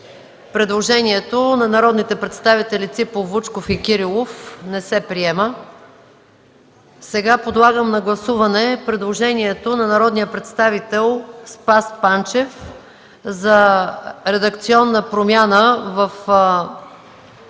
Предложението на народните представители Ципов, Вучков и Кирилов не се приема. Сега подлагам на гласуване предложението на народния представител Спас Панчев за редакционна промяна в т.